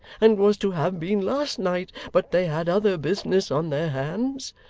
and was to have been last night, but they had other business on their hands.